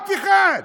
אף אחד.